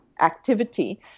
activity